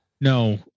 No